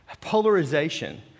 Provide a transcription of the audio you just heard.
polarization